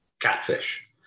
catfish